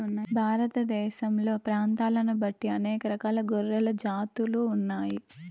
భారతదేశంలో ప్రాంతాలను బట్టి అనేక రకాల గొర్రెల జాతులు ఉన్నాయి